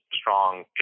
strong